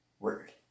Word